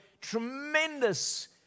Tremendous